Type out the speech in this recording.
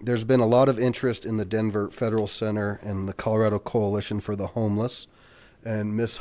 there's been a lot of interest in the denver federal center and the colorado coalition for the homeless and miss